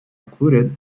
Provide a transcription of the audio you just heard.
included